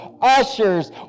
ushers